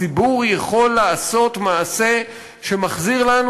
הציבור יכול לעשות מעשה שמחזיר לנו,